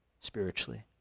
spiritually